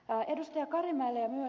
karimäelle ja myös ed